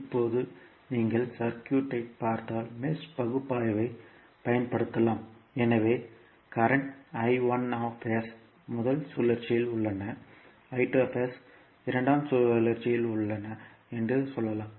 இப்போது நீங்கள் சுற்று பார்த்தால் மெஷ் பகுப்பாய்வைப் பயன்படுத்தலாம் எனவே மின்சார current முதல் சுழற்சியில் உள்ளன I2 வளையத்தில் 2 என்று சொல்லலாம்